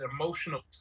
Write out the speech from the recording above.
emotional